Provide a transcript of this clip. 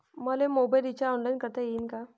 मले mobile recharge online करता येईन का?